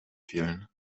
fehlen